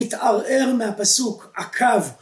מתערער מהפסוק עקב